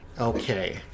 Okay